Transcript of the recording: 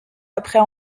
après